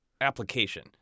application